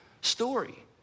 story